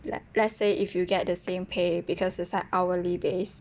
le~ let's say if you get the same pay because it's like hourly based